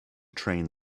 train